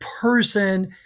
person